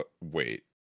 Wait